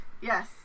Yes